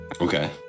Okay